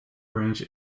branch